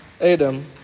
Adam